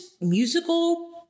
musical